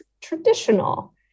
traditional